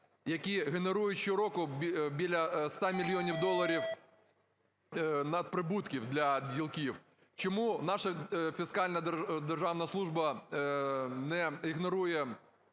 які генерують щороку біля 100 мільйонів доларів надприбутків для ділків. Чому наша Фіскальна державна служба ігнорує